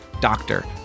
doctor